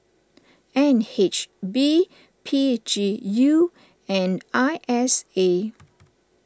N H B P G U and I S A